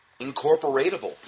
incorporatable